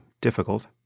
difficult